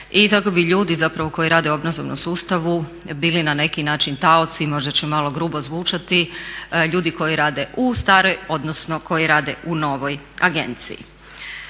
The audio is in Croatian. i tako bi ljudi, zapravo koji rade u obrazovnom sustavu bili na neki način taoci. Možda će malo grubo zvučati, ljudi koji rade u staroj, odnosno koji rade u novoj agenciji.